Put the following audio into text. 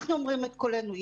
אנחנו אומרים את קולנו.